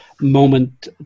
moment